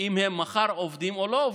אם מחר הם עובדים או לא עובדים.